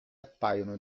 appaiono